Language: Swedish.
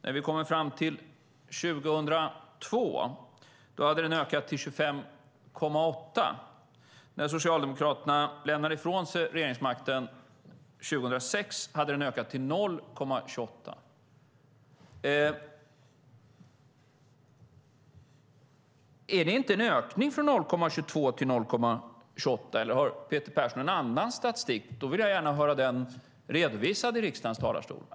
När vi kommer fram till år 2002 hade den ökat till 0,258. När Socialdemokraterna lämnade ifrån sig regeringsmakten år 2006 hade den ökat till 0,28. Är det inte en ökning från 0,22 till 0,28, eller har Peter Persson annan statistik? I så fall vill jag gärna höra den redovisad i riksdagens talarstol.